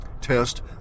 test